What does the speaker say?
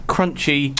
Crunchy